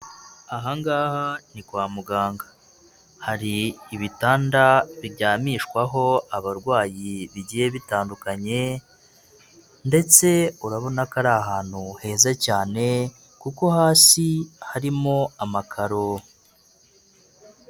Aha ngaha ni kwa muganga hari ibitanda biryamishwaho abarwayi bigiye bitandukanye ndetse urabona ko ari ahantu heza cyane kuko hasi harimo amakaro.